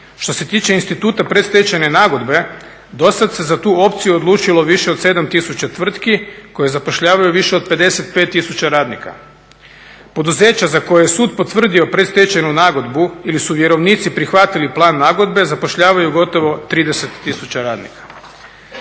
Što se tiče instituta predstečajne nagodbe, do sada se za tu opciju odlučilo više od 7 tisuća tvrtki koje zapošljavaju više od 55 tisuća radnika. Poduzeća za koje je sud potvrdio predstečajnu nagodbu ili su vjerovnici prihvatili plan nagodbe zapošljavaju gotovo 30 tisuća radnika.